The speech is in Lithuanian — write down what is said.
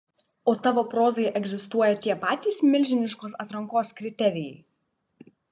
o tavo prozai egzistuoja tie patys milžiniškos atrankos kriterijai